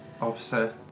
officer